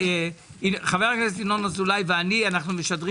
חבר הכנסת ינון אזולאי ואני משדרים